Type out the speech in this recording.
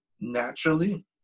naturally